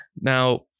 Now